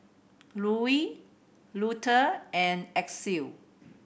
Louie Luther and Axel